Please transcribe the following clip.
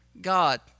God